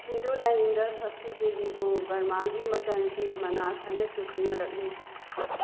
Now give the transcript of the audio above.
ꯍꯤꯟꯗꯨ ꯂꯥꯏꯅꯤꯡꯗ ꯁꯁꯇꯤ ꯗꯦꯕꯤꯕꯨ ꯕꯔꯃꯥꯒꯤ ꯃꯆꯥꯅꯨꯄꯤ ꯃꯅꯥꯁ ꯍꯥꯏꯅꯁꯨ ꯈꯪꯅꯔꯛꯂꯤ